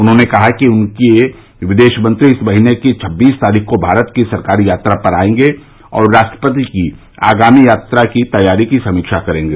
उन्होंने कहा कि उनके विदेश मंत्री इस महीने की छब्बीस तारीख को भारत की सरकारी यात्रा पर आएंगे और राष्ट्रपति की आगामी यात्रा की तैयारी की समीक्षा करेंगे